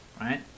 Right